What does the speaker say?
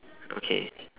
okay